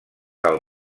del